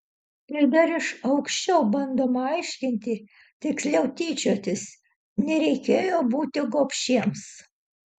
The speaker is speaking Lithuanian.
ir dar iš aukščiau bandoma aiškinti tiksliau tyčiotis nereikėjo būti gobšiems